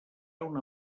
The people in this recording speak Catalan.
una